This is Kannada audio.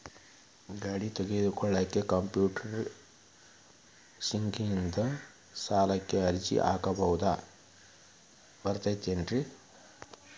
ಗಾಡಿ ತೊಗೋಳಿಕ್ಕೆ ಕಂಪ್ಯೂಟೆರ್ನ್ಯಾಗಿಂದ ಸಾಲಕ್ಕ್ ಅರ್ಜಿ ತುಂಬಾಕ ಬರತೈತೇನ್ರೇ?